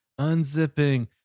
unzipping